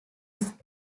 used